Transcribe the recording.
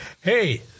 Hey